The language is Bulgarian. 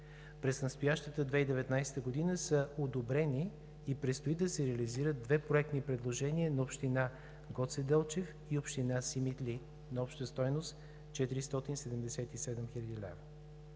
През настоящата 2019 г. са одобрени и предстои да се реализират две проектни предложения на община Гоце Делчев и община Симитли на обща стойност 477 хил. лв.